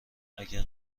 اگه